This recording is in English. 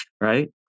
Right